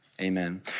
Amen